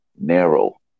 narrow